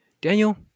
daniel